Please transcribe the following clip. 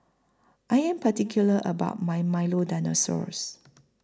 I Am particular about My Milo Dinosaurs